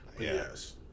Yes